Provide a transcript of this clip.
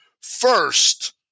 first